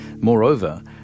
Moreover